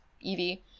evie